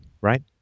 right